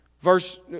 Verse